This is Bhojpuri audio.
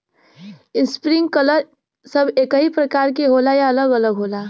इस्प्रिंकलर सब एकही प्रकार के होला या अलग अलग होला?